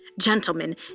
Gentlemen